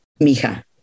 Mija